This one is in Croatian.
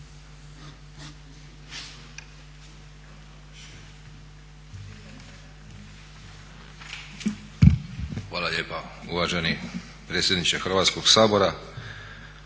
Hvala lijepa uvaženi predsjedniče Hrvatskog sabora,